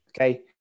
Okay